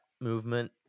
movement